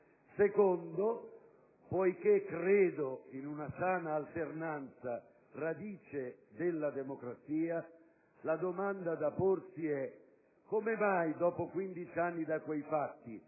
Secondo. Poiché credo in una sana alternanza, radice della democrazia, la domanda da porsi è: come mai, dopo quindici anni da quei fatti,